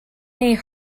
they